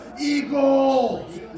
Eagles